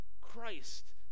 Christ